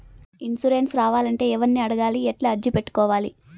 Insurance రావాలంటే ఎవర్ని అడగాలి? ఎట్లా అర్జీ పెట్టుకోవాలి?